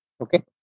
Okay